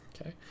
Okay